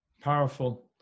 Powerful